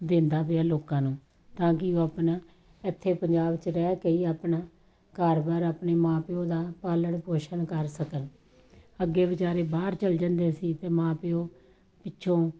ਦਿੰਦਾ ਪਿਆ ਲੋਕਾਂ ਨੂੰ ਤਾਂ ਕਿ ਉਹ ਆਪਣਾ ਇੱਥੇ ਪੰਜਾਬ 'ਚ ਰਹਿ ਕੇ ਹੀ ਆਪਣਾ ਘਰਬਾਰ ਆਪਣੇ ਮਾਂ ਪਿਓ ਦਾ ਪਾਲਣ ਪੋਸ਼ਣ ਕਰ ਸਕਣ ਅੱਗੇ ਵਿਚਾਰੇ ਬਾਹਰ ਚੱਲ ਜਾਂਦੇ ਸੀ ਅਤੇ ਮਾਂ ਪਿਓ ਪਿੱਛੋਂ